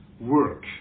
work